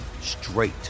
straight